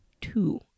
two